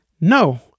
No